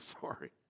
sorry